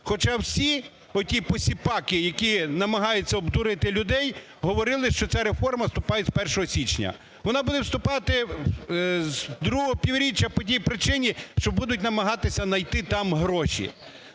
Хоча всі оті посіпаки, які намагаються обдурити людей, говорили, що це реформа вступає з 1 січня. Вона буде вступати з другого півріччя по тій причині, що будуть намагатися найти там гроші.